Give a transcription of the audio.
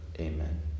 Amen